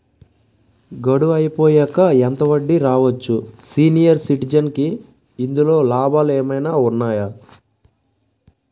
గడువు అయిపోయాక ఎంత వడ్డీ రావచ్చు? సీనియర్ సిటిజెన్ కి ఇందులో లాభాలు ఏమైనా ఉన్నాయా?